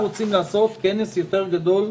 לרבות תקציב לתמיכה במוסדות ציבור לפי סעיף קטן (ג),